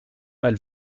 mal